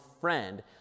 friend